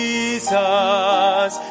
Jesus